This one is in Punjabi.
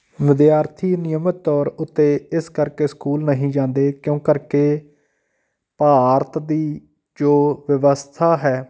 ਵਿਦਿਆਰਥੀ ਨਿਯਮਤ ਤੌਰ ਉੱਤੇ ਇਸ ਕਰਕੇ ਸਕੂਲ ਨਹੀਂ ਜਾਂਦੇ ਕਿਉਂ ਕਰਕੇ ਭਾਰਤ ਦੀ ਜੋ ਵਿਵਸਥਾ ਹੈ